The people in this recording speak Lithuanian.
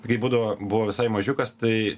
kai būdavo buvo visai mažiukas tai